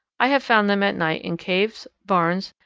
i have found them at night in caves, barns,